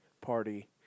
party